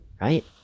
right